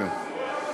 כן.